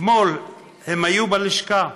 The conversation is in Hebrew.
אתמול הם היו בלשכה,